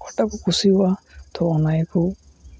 ᱚᱠᱟᱴᱟᱜ ᱠᱚ ᱠᱩᱥᱤᱭᱟᱜᱼᱟ ᱛᱚ ᱚᱱᱟ ᱠᱚᱜᱮ